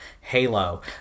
Halo